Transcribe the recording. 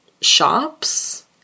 shops